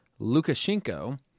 Lukashenko